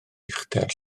uchder